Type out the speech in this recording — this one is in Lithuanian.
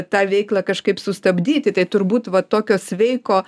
tą veiklą kažkaip sustabdyti tai turbūt vat tokio sveiko